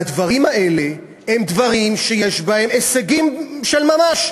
והדברים האלה הם דברים שיש בהם הישגים של ממש.